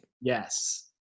Yes